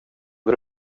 går